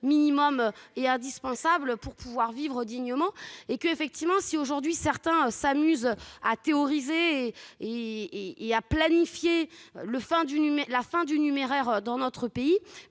minimums et indispensables pour pouvoir vivre dignement. Aujourd'hui, certains s'amusent à théoriser et à planifier la fin du numéraire dans notre pays.